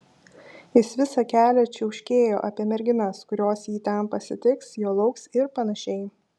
jis visą kelią čiauškėjo apie merginas kurios jį ten pasitiks jo lauks ir panašiai